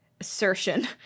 assertion